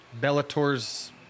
bellator's